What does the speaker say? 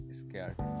scared